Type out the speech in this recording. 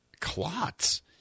clots